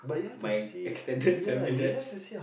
my extended family debts